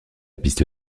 piste